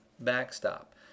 backstop